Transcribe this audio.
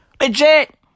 Legit